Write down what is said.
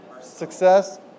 Success